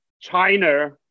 China